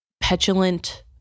Petulant